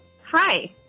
hi